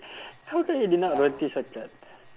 how come you did not notice the card